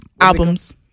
Albums